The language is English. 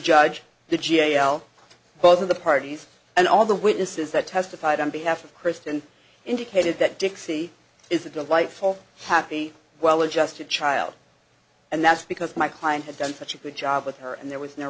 judge the g a o l both of the parties and all the witnesses that testified on behalf of kristen indicated that dixie is a delightful happy well adjusted child and that's because my client had done such a good job with her and there was no